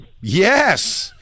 Yes